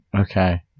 Okay